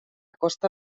costa